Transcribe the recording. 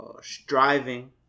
striving